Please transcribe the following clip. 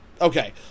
Okay